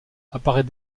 apparaît